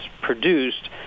produced